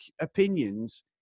opinions